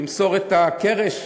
למסור את הקרש?